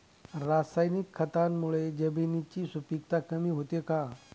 रासायनिक खतांमुळे जमिनीची सुपिकता कमी होते का?